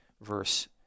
verse